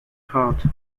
taut